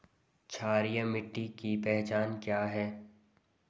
क्षारीय मिट्टी की पहचान क्या है?